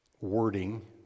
wording